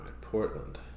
Portland